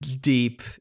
deep